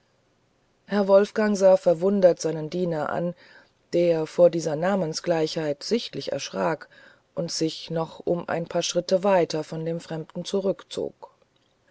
herr wolfgang sah verwundert seinen diener an der vor dieser namensgleichheit sichtlich erschrak und sich noch um einen schritt weiter von dem fremden zurückzog